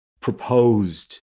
proposed